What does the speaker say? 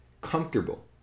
comfortable